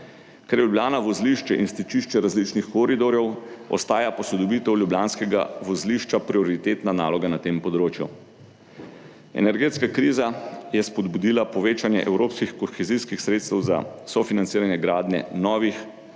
Ker je Ljubljana vozlišče in stičišče različnih koridorjev, ostaja posodobitev ljubljanskega vozlišča prioritetna naloga. Na tem področju je energetska kriza spodbudila povečanje evropskih kohezijskih sredstev za sofinanciranje gradnje novih